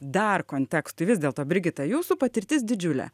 dar kontekstui vis dėlto brigita jūsų patirtis didžiulė